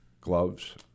gloves